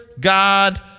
God